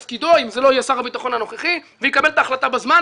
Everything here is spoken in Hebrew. לתפקיד אם זה לא יהיה שר הביטחון הנוכחי ולקבל את ההחלטה בזמן.